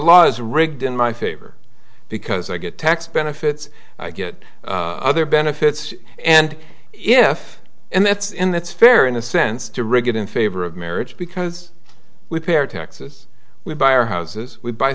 laws rigged in my favor because i get tax benefits i get other benefits and if and that's in that's fair in a sense to rig it in favor of marriage because we pair taxes we buy our houses we buy